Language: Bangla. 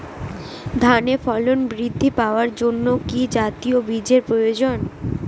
ধানে ফলন বৃদ্ধি পাওয়ার জন্য কি জাতীয় বীজের প্রয়োজন?